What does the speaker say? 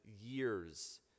years